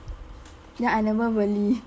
then I never really